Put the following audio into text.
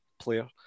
player